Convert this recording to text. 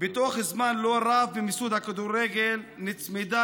"בתוך זמן לא רב במיסוד הכדורגל נצמדה